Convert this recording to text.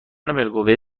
بالقوه